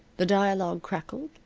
the dialogue crackled.